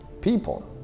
People